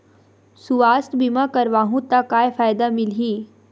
सुवास्थ बीमा करवाहू त का फ़ायदा मिलही?